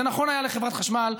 זה נכון היה לחברת חשמל,